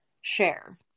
share